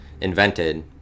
invented